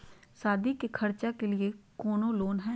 सादी के खर्चा के लिए कौनो लोन है?